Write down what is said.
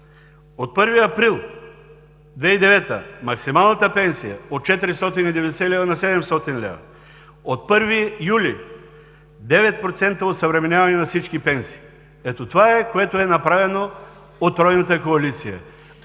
От 1 април 2009 г. максималната пенсия от 490 лв. се увеличава на 700 лв. От 1 юли с 9% се осъвременяват всички пенсии. Ето това е, което е направено от тройната коалиция.